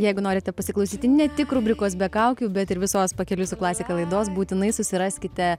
jeigu norite pasiklausyti ne tik rubrikos be kaukių bet ir visos pakeliui su klasika laidos būtinai susiraskite